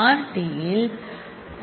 D இல் r